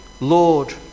Lord